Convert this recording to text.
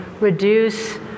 reduce